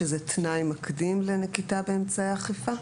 שזהו תנאי מקדים לנקיטה באמצעי אכיפה?